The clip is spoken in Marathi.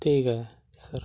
ठीक आहे सर